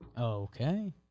Okay